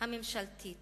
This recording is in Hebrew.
הממשלתית